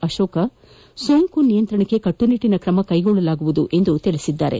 ಅಶೋಕ ಸೋಂಕು ನಿಯಂತ್ರಣಕ್ಕೆ ಕಟ್ಟುನಿಟ್ಟಿನ ಕ್ರಮ ಕೈಗೊಳ್ಳಲಾಗುವುದು ಎಂದು ತಿಳಿಸಿದರು